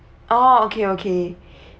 oh okay okay